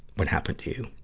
what happened to you.